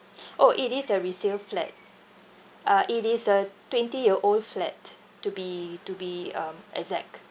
oh it is a resale flat uh it is a twenty year old flat to be to be um exact